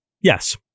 yes